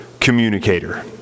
communicator